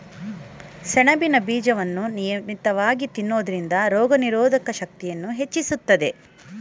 ಸೆಣಬಿನ ಬೀಜವನ್ನು ನಿಯಮಿತವಾಗಿ ತಿನ್ನೋದ್ರಿಂದ ರೋಗನಿರೋಧಕ ಶಕ್ತಿಯನ್ನೂ ಹೆಚ್ಚಿಸ್ತದೆ